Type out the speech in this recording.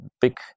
big